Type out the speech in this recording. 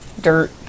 dirt